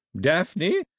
Daphne